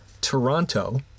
Toronto